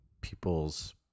people's